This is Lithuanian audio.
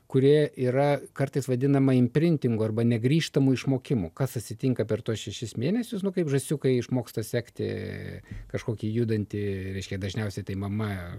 kurie yra kartais vadinama imprintingu arba negrįžtamu išmokimu kas atsitinka per tuos šešis mėnesius nu kaip žąsiukai išmoksta sekti kažkokį judantį reiškia dažniausiai tai mama